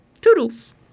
Toodles